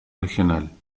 regional